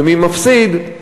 מי מפסיד?